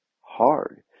hard